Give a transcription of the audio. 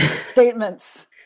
statements